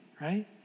right